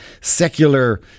secular